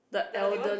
the only one